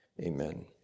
amen